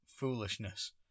foolishness